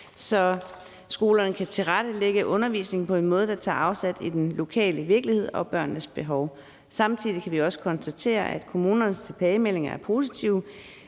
så skolerne kan tilrettelægge undervisningen på en måde, der tager afsæt i den lokale virkelighed og børnenes behov. Samtidig kan vi også konstatere, at kommunernes tilbagemeldinger er positive,